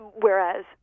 whereas